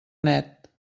net